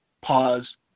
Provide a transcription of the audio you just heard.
pause